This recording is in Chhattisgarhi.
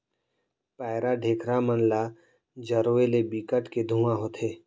पैरा, ढेखरा मन ल जरोए ले बिकट के धुंआ होथे